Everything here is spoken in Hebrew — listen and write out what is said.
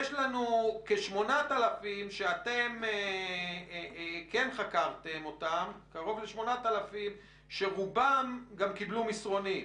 יש לנו כ- 8,000 שאתם חקרתם אותם שרובם גם קיבלו מסרונים,